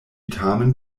tamen